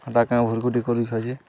ହେଟା କାଁ ଭୁର୍କୁୁଟି କରୁଛ ଯେ